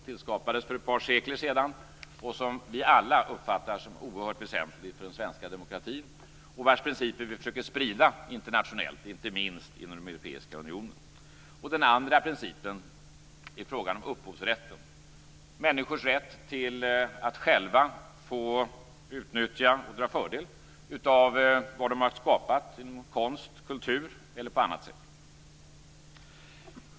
Den skapades för ett par sekler sedan, uppfattas av alla som oerhört väsentlig för den svenska demokratin och vars principer vi försöker sprida internationellt - inte minst inom den europeiska unionen. Den andra principen är frågan om upphovsrätten, dvs. människors rätt att själva få utnyttja och dra fördel av vad de skapat inom konst, kultur eller på annat sätt.